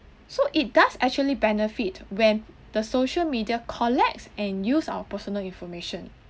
so it does actually benefit when the social media collects and use our personal information